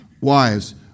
Wives